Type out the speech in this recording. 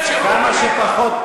יש גבול, כמה שפחות תפריעו,